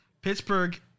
Pittsburgh